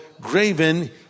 graven